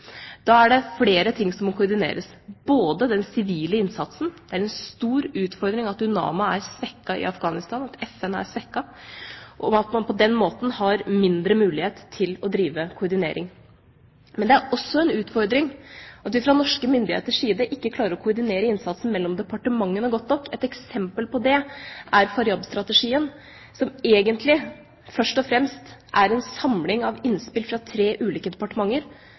Da er det flere ting som må koordineres. Det er en stor utfordring at UNAMA er svekket i Afghanistan – at FN er svekket – og at man på den måten har mindre mulighet til å drive koordinering. Men det er også en utfordring at vi fra norske myndigheters side ikke klarer å koordinere innsatsen mellom departementene godt nok. Et eksempel på det er Faryab-strategien, som egentlig først og fremst er en samling av innspill fra tre ulike departementer,